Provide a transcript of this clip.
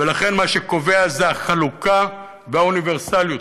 ולכן מה שקובע זה החלוקה והאוניברסליות.